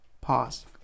Pause